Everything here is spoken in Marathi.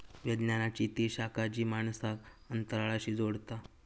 विज्ञानाची ती शाखा जी माणसांक अंतराळाशी जोडता